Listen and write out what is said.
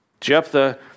Jephthah